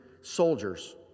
soldiers